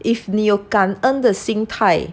if 你有感恩的心态